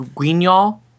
Guignol